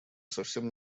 совсем